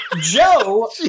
Joe